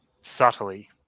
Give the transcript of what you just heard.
subtly